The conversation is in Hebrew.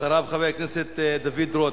אחריו, חבר הכנסת דוד רותם.